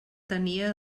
tenia